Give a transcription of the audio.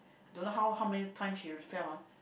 don't know how how many times she fell ah